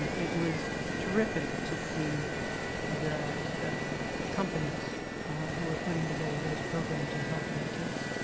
it was terrific to see the the companies who are putting together those programs and helping the kids.